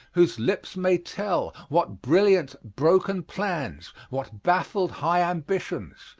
whose lips may tell what brilliant, broken plans, what baffled, high ambitions,